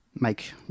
make